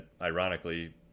ironically